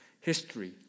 History